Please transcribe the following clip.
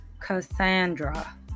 Cassandra